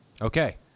Okay